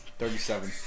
thirty-seven